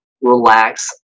relax